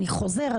אני חוזר,